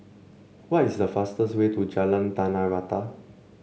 what is the fastest way to Jalan Tanah Rata